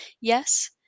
Yes